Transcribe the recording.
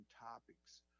topics